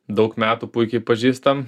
daug metų puikiai pažįstam